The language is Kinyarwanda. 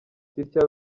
sitya